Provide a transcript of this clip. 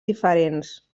diferents